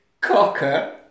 Cocker